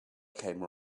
came